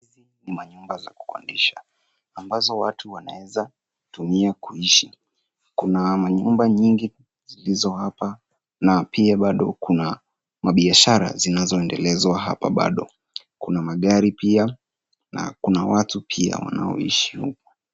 Hizi ni manyumba za kukodisha ambazo watu wanaweza tumia kuishi. Kuna manyumba nyingi zilizo hapa na pia bado kuna mabiashara zinazoendelezwa hapa bado. Kuna magari pia na kuna watu pia wanaoishi huku.